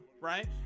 Right